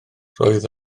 roedd